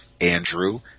Andrew